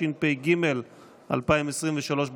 התשפ"ג 2023,